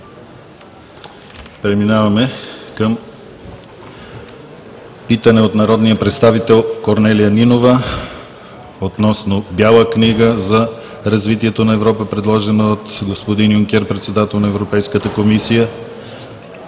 Преминаваме към питане от народния представител Корнелия Нинова относно Бяла книга за развитието на Европа, предложена от господин Юнкер, председател на Европейската комисия.